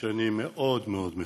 שאני מאוד מאוד מכבד.